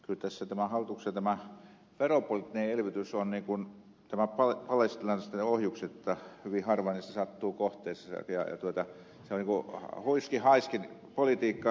kyllä tämä hallituksen veropoliittinen elvytys on niin kuin palestiinalaisten ohjukset jotta hyvin harva niistä sattuu kohteeseensa se on niin kuin huiskin haiskin politiikkaa